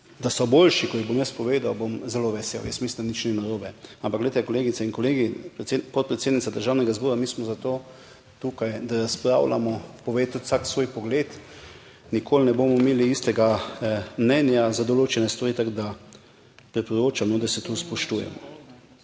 da so boljši, ko jih bom jaz povedal, bom zelo vesel. Jaz mislim, da nič ni narobe. Ampak glejte kolegice in kolegi, podpredsednica Državnega zbora, mi smo zato tukaj, da razpravljamo, pove tudi vsak svoj pogled. Nikoli ne bomo imeli istega mnenja za določene stvari, tako da priporočam, da se tu spoštujemo.